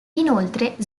inoltre